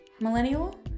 millennial